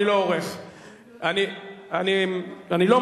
אני לא עורך.